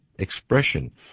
expression